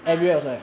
!huh!